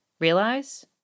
realize